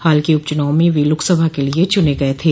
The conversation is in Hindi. हाल के उप चुनावों में वे लोकसभा के लिए चुने गए थे